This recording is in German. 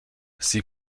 sie